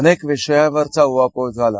अनेक विषयावरचा उहापोह झाला